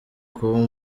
kuwo